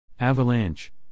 Avalanche